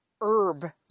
herb